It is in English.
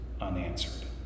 unanswered